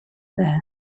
there